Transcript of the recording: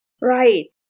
Right